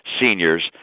seniors